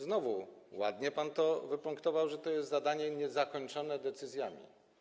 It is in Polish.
Znowu ładnie pan to wypunktował, że to jest zadanie niezakończone decyzjami.